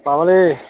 माबालै